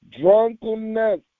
drunkenness